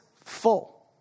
full